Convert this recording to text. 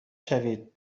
شوید